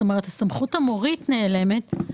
כלומר הסמכות המורית נעלמת.